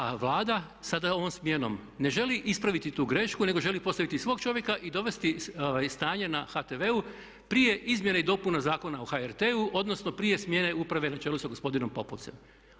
A Vlada sada ovom smjenom ne želi ispraviti tu grešku nego želi postaviti svog čovjeka i dovesti stanje na HRT-u prije izmjene i dopuna Zakona o HRT-u odnosno prije smjene uprave na čelu sa gospodinom Popovcem.